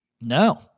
No